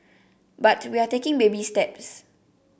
but we are taking baby steps